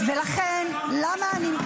זה לא נכון מה שאת